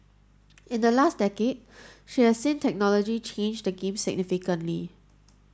in the last decade she has seen technology change the game significantly